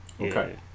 Okay